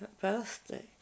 birthday